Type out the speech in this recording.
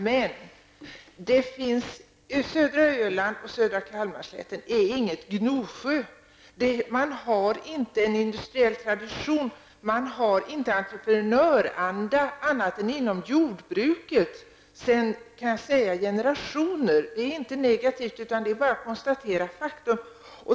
Men södra Öland och södra Kalmarslätten är inget Gnosjö. Man har sedan generationer tillbaka inte någon industriell tradition eller någon entreprenöranda annat än inom jordbruket. Det är inte negativt, utan det är bara ett faktum.